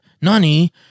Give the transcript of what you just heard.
Nani